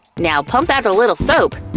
now pump out a little soap.